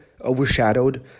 overshadowed